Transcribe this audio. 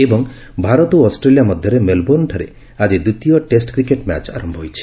ଏବଂ ଭାରତ ଓ ଅଷ୍ଟ୍ରେଲିଆ ମଧ୍ୟରେ ମେଲବୋର୍ଷ୍ଣଠାରେ ଆଜି ଦ୍ୱିତୀୟ ଟେଷ୍ଟ କ୍ରିକେଟ୍ ମ୍ୟାଚ୍ ଆରମ୍ଭ ହୋଇଛି